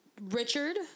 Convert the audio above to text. Richard